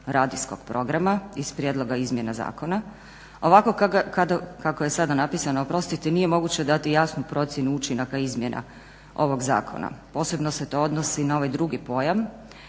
radijskog programa iz prijedloga izmjena zakona. Ovako kako je sada napisano nije moguće dati jasnu procjenu učinaka izmjena ovog zakona. Posebno se to odnosi na ovaj drugi pojam